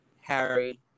Harry